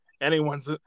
anyone's